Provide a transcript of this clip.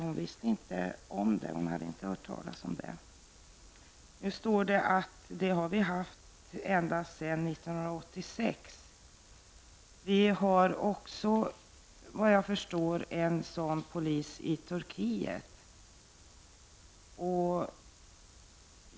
Hon visste inte om det, hon hade inte hört talas om det. Nu står det här att vi har haft det så ända sedan 1986. Vi har också, efter vad jag förstår, en polis i Turkiet.